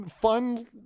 fun